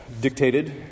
dictated